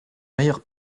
meilleure